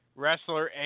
wrestler